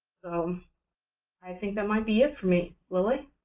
um i think that might be it for me. lily?